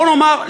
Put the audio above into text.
בוא נאמר,